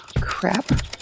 Crap